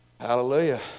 Hallelujah